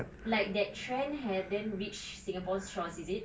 like that trend hadn't reach singapore's shores is it